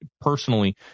personally